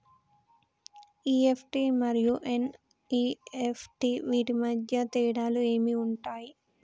EFT మరియు NEFT వీటి మధ్య తేడాలు ఏమి ఉంటాయి?